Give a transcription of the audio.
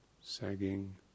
sagging